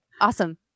awesome